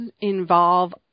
involve